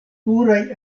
pluraj